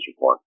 report